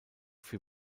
für